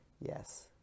Yes